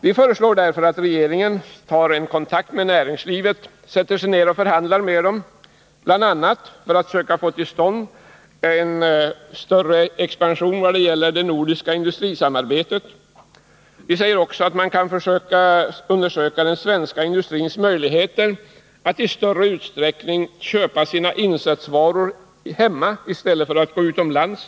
Vi föreslår därför att regeringen tar kontakt med näringslivet, sätter sig ner och förhandlar med dess företrädare bl.a. för att söka få till stånd en större expansion vad gäller det nordiska industrisamarbetet. Vi säger också att man kan försöka undersöka den svenska industrins möjligheter att i större utsträckning köpa sina insatsvaror hemma i stället för att gå utomlands.